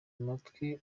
amatwi